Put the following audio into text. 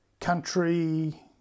country